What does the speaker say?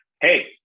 hey